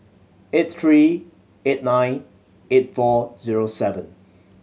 eight three eight nine eight four zero seven